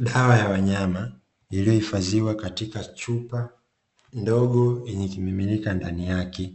Dawa ya wanyama iliyohifadhiwa katika chupa ndogo yenye kimiminika ndani yake,